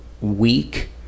weak